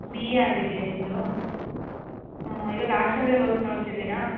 B A ಆಗಿದ್ಯಾ ನಿಮ್ದು ಇವಾಗ ಹಾಸನಲ್ಲೇ ವರ್ಕ್ ನೋಡ್ತಿದ್ದೀರಾ